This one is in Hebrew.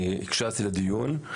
הקשבתי לדיון.